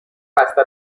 بسته